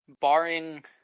barring